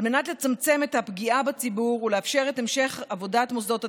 על מנת לצמצם את הפגיעה בציבור ולאפשר את המשך עבודת מוסדות התכנון,